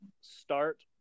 start